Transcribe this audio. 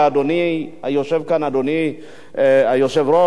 יושב כאן אדוני היושב-ראש,